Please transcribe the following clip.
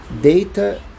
data